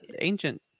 ancient